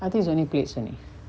I think it's only plates only